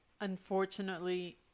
unfortunately